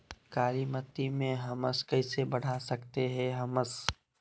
कालीमती में हमस कैसे बढ़ा सकते हैं हमस?